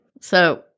so-